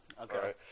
Okay